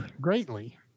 Greatly